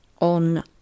on